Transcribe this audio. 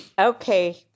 Okay